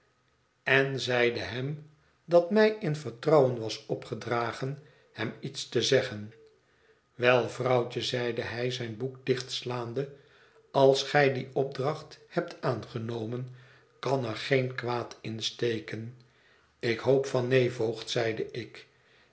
en zeide hem dat mij in vertrouwen was opgedragen hem iets te zeggen wel vrouwtje zeide hij zijn boek dichtslaande als gij die opdracht hebt aangenomen kan er geen kwaad in steken ik hoop van neen voogd zeide ik